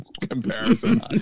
comparison